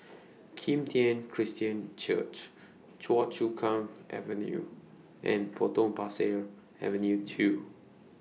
Kim Tian Christian Church Choa Chu Kang Avenue and Potong Pasir Avenue two